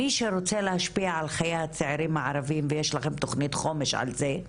מי שרוצה להשפיע על חיי הצעירים הערביים ויש לכם תוכנית חומש על זה,